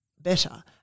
better